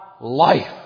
life